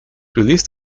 released